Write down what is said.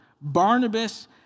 Barnabas